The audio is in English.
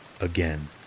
again